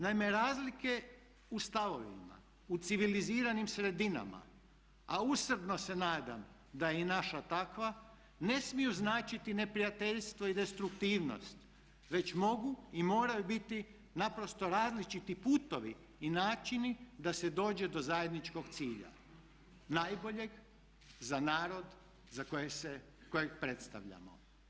Naime, razlike u stavovima u civiliziranim sredinama, a usrdno se nadam da je i naša takva ne smiju značiti neprijateljstvo i destruktivnost već mogu i moraju biti naprosto različiti putovi i načini da se dođe do zajedničkog cilja najboljeg za narod kojeg predstavljamo.